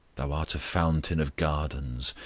thou art a fountain of gardens,